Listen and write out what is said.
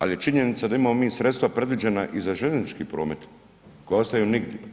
Ali je činjenica da imamo mi sredstva predviđena i za željeznički promet koja ostaju nigdje.